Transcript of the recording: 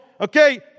Okay